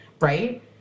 right